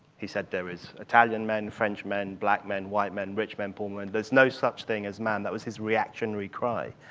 he said there is italian men, french men, black men, white men, rich men, poor men. there's no such thing as man. that was his reactionary cry.